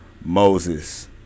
Moses